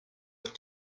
but